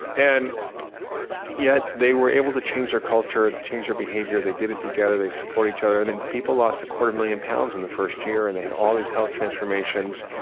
and yet they were able to change their culture, change their behavior. they did it together, they supported each other. and people lost a quarter million pounds in the first year, and they had all these health transformations.